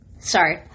Sorry